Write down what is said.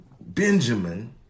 Benjamin